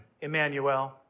Emmanuel